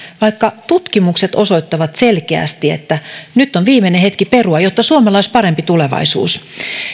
vaikka tutkimukset osoittavat selkeästi että nyt on viimeinen hetki perua jotta suomella olisi parempi tulevaisuus